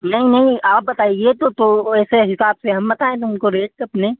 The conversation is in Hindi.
नहीं नहीं आप बताईए तो तो वैसे हिसाब से हम बताएं उनको रेट्स अपनी